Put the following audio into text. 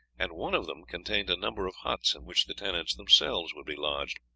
and one of them contained a number of huts in which the tenants themselves would be lodged.